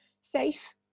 safe